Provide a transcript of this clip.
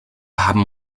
haben